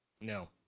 No